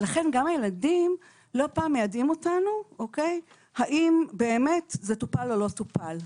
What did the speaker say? לכן גם הילדים לא פעם מיידעים אותנו האם באמת זה טופל או לא טופל.